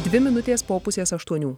dvi minutės po pusės aštuonių